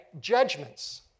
judgments